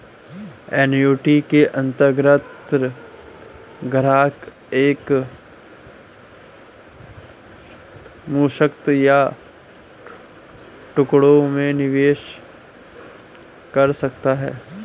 annuity के अंतर्गत ग्राहक एक मुश्त या टुकड़ों में निवेश कर सकता है